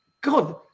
God